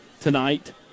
tonight